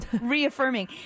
reaffirming